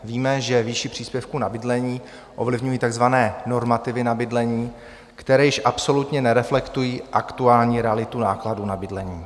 Víme, že výši příspěvku na bydlení ovlivňují takzvané normativy na bydlení, které již absolutně nereflektují aktuální realitu nákladů na bydlení.